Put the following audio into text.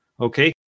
okay